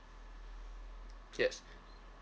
yes